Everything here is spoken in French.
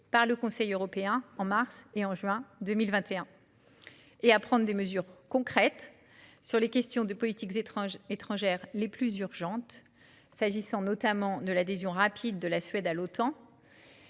par le Conseil européen en mars et en juin 2021, ainsi qu'à prendre des mesures concrètes sur les questions de politique étrangère les plus urgentes, s'agissant notamment de l'adhésion rapide de la Suède à l'Otan